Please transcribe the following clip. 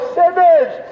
sinners